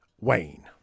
Wayne